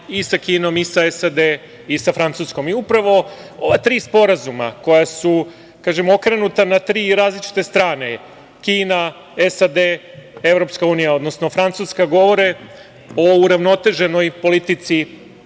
i sa Kinom i SAD i sa Francuskom. Upravo ova tri sporazuma koja su, kažem, okrenuta na tri različite strane, Kina, SAD, EU, odnosno Francuska, govore o uravnoteženoj politici